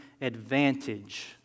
advantage